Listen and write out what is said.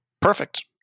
Perfect